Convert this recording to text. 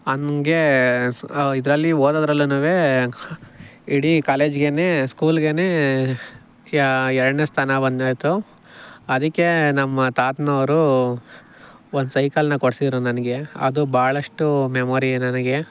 ಹಾಗೆ ಇದರಲ್ಲಿ ಓದೋದ್ರಲ್ಲೂನು ಇಡೀ ಕಾಲೇಜಿಗೇನೇ ಸ್ಕೂಲ್ಗೆನೆ ಎರಡನೇ ಸ್ಥಾನ ಬಂದಿತ್ತು ಅದಕ್ಕೆ ನಮ್ಮ ತಾತನೋರು ಒಂದು ಸೈಕಲನ್ನ ಕೊಡಿಸಿದ್ರು ನನಗೆ ಅದು ಬಹಳಷ್ಟು ಮೆಮೊರಿ ನನಗೆ